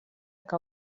que